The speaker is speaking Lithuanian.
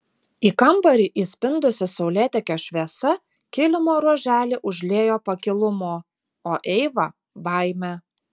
į kambarį įspindusi saulėtekio šviesa kilimo ruoželį užliejo pakilumu o eivą baime